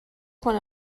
quan